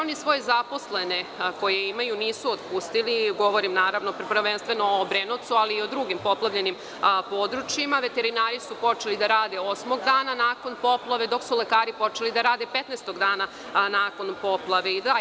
Oni svoje zaposlene koje imaju nisu otpustili, govorim prvenstveno o Obrenovcu, ali i o drugim poplavljenim područjima, veterinari su počeli da rade osmog dana nakon poplave, dok su lekari počeli da rade 15 dana nakon poplave.